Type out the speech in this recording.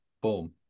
Boom